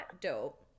dope